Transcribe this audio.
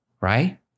right